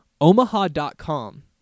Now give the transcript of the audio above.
Omaha.com